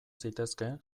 zitezkeen